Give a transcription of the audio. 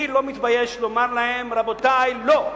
אני לא מתבייש לומר להם: רבותי, לא.